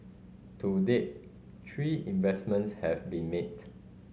to date three investments have been made